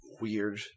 weird